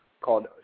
called